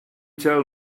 tell